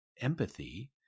empathy